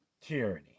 Tyranny